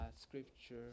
scripture